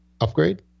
upgrade